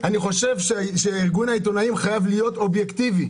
אני חושב שארגון העיתונאים חייב להיות אובייקטיבי.